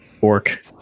orc